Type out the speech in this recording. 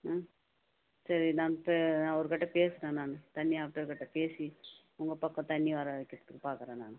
ஆ சரி நான் பே அவர் கிட்டே பேசுகிறேன் நான் தண்ணி ஆப்டர் கிட்டே பேசி உங்கள் பக்கம் தண்ணி வர வைக்கிறதுக்கு பார்க்குறேன் நான்